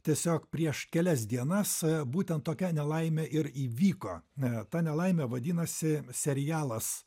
tiesiog prieš kelias dienas būtent tokia nelaimė ir įvyko na ta nelaimė vadinasi serialas